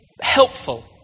Helpful